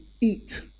eat